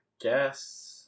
guess